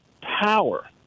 power